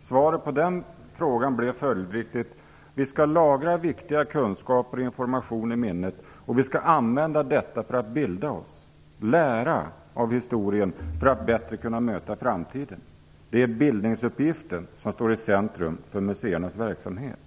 Svaret på den frågan blev följdriktigt: Vi skall lagra viktig kunskap och information i minnet och vi skall använda detta för att bilda oss, lära av historien för att bättre kunna möta framtiden. Det är bildningsuppgiften som står i centrum för museernas verksamhet.